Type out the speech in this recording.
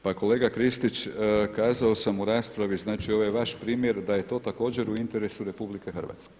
Pa kolega Kristić, kazao sam u raspravi, znači ovaj vaš primjer da je to također u interesu RH.